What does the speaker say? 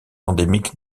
endémique